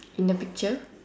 in the picture